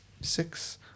Six